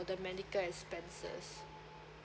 the medical expenses